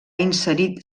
inserit